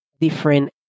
different